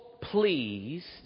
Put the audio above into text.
pleased